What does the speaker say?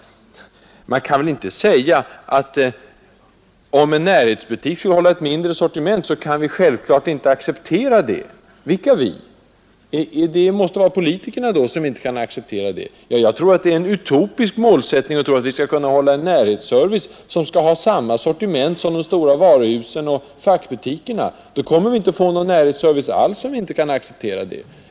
Man kan väl inte — som fru Theorin gör — säga att vi självfallet inte kan acceptera att en närhetsbutik håller ett mindre sortiment. Vilka vi? Det måste väl vara politikerna som inte kan acceptera det. Det är en utopi att tro att vi skall kunna ha en närhetsservice med samma sortiment som de stora varuhusen och fackbutikerna. Om vi inte kan acceptera ett annat alternativ, kommer vi inte att få någon närhetsservice alls.